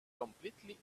completely